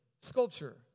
sculpture